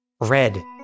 red